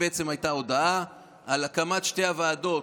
זאת בעצם הייתה ההודעה על הקמת שתי הוועדות,